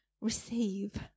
receive